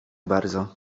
bardzo